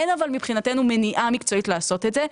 אבל אין מבחינתנו מניעה מקצועית לעשות את זה,